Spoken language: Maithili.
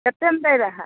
कतेमे दै रहए